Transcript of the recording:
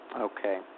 Okay